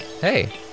Hey